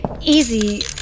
Easy